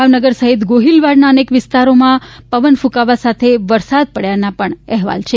ભાવનગર સહિત ગોહિલવાડના અનેક વિસ્તારમાં પવન ફૂંકાવા સાથે વરસાદ પડચો હોવાના અહેવાલ છે